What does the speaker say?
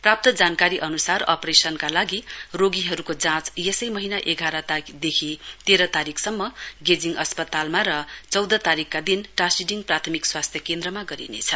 प्राप्त जानकारी अनुसार अपरेशनका लागि रोगीहरुके जाँच यसै महीना एघारदेखि तेह्र तारीकसम्म गेजिङ अस्पतालमा र चौध तारीकका दिन टाशिडिङ प्राथमिक स्वास्थ्य केन्द्रमा गरिनेछ